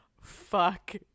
fuck